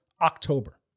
October